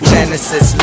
Genesis